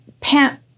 pant